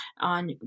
on